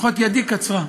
ידי, לפחות, קצרה.